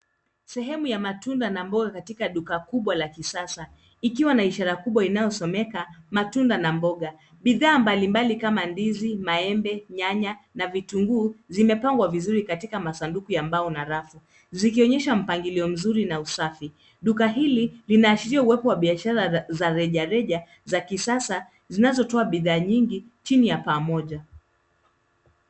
Sehemu ya matunda na mboga katika duka kubwa la kisasa, ikiwa na ishara kubwa inayosomeka, matunda na mboga. Bidhaa mbalimbali kama ndizi, maembe, nyanya na vitunguu zimepangwa vizuri katika masanduku ya mbao na rafu, zikionyesha mpangilio mzuri na usafi. Duka hili, linaashiria uwepo wa biashara za rejareja za kisasa zinazotoa bidhaa nyingi chini ya pamoja.